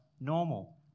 normal